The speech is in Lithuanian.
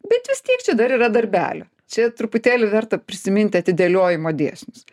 bet vis tiek čia dar yra darbelio čia truputėlį verta prisiminti atidėliojimo dėsnius